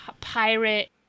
pirate